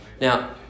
Now